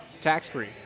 Tax-free